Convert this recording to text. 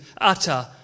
utter